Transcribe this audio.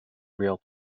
real